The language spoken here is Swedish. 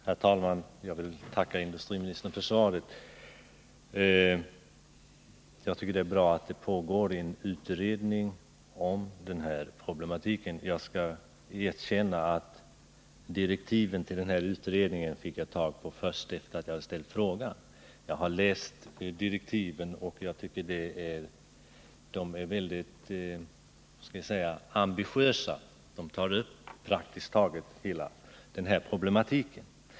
Herr talman! Jag vill tacka industriministern för svaret. Jag tycker att det är bra att det pågår en utredning om den här problematiken. Jag skall erkänna att jag fick tag i direktiven till den här utredningen först sedan jag hade ställt frågan. Jag har läst direktiven, och jag tycker att de är väldigt ambitiösa. De tar upp praktiskt taget hela den här problematiken.